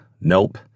Nope